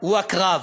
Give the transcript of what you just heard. הוא עקרב.